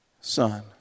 son